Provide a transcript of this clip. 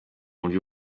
buryo